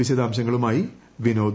വിശദാംശങ്ങളുമായി വിനോദ്